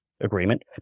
agreement